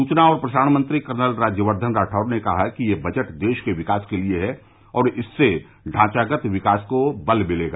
सूचना और प्रसारण मंत्री कर्नल राज्यवर्द्धन राठौड़ ने कहा कि यह बजट देश के विकास के लिए है और इससे ढांचागत विकास को बल मिलेगा